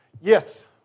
Yes